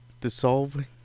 dissolving